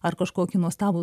ar kažkokį nuostabų